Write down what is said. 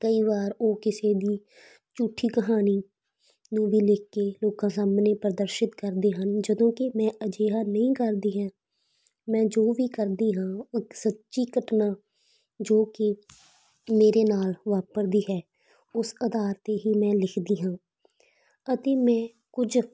ਕਈ ਵਾਰ ਉਹ ਕਿਸੇ ਦੀ ਝੂਠੀ ਕਹਾਣੀ ਨੂੰ ਵੀ ਲਿਖ ਕੇ ਲੋਕਾਂ ਸਾਹਮਣੇ ਪ੍ਰਦਰਸ਼ਿਤ ਕਰਦੇ ਹਨ ਜਦੋਂ ਕਿ ਮੈਂ ਅਜਿਹਾ ਨਹੀਂ ਕਰਦੀ ਹਾਂ ਮੈਂ ਜੋ ਵੀ ਕਰਦੀ ਹਾਂ ਇੱਕ ਸੱਚੀ ਘਟਨਾ ਜੋ ਕਿ ਮੇਰੇ ਨਾਲ ਵਾਪਰਦੀ ਹੈ ਉਸ ਆਧਾਰ 'ਤੇ ਹੀ ਮੈਂ ਲਿਖਦੀ ਹਾਂ ਅਤੇ ਮੈਂ ਕੁਝ